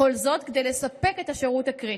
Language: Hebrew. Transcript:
כל זאת כדי לספק את השירות הקריטי.